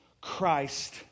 Christ